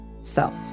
self